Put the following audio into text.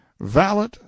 valet